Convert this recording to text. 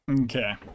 Okay